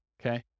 Okay